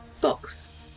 box